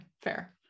fair